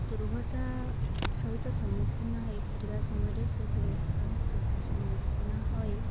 ଦୁର୍ଘଟଣା ସହିତ ସମ୍ମୁଖିନ ହୋଇ ଫେରିବା ସମୟରେ ସେ ଦୁର୍ଘଟଣା ସହିତ ସମ୍ମୁଖିନ ହୋଇ